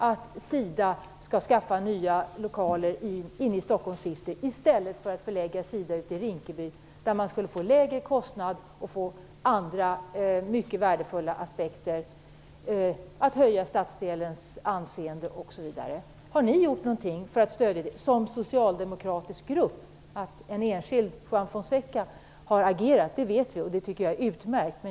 Om SIDA i stället för att skaffa nya lägenheter inne i Stockholms city förlades till Rinkeby skulle kostnaden bli lägre och man skulle uppnå andra mycket värdefulla saker. Stadsdelens anseende skulle t.ex. höjas. Har ni gjort någonting som socialdemokratisk grupp? Vi vet att en enskild ledamot, Juan Fonseca, har agerat, och det tycker jag är utmärkt.